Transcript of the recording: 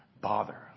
bother